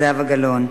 זהבה גלאון.